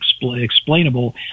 explainable